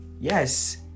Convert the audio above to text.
yes